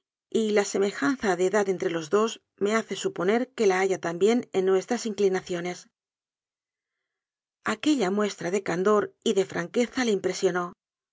y la semejanza de edad entre los dos me hace suponer que la haya también en nuestras inclinaciones aquella muestra de candor y de franqueza le impresionó